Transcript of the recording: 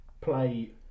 play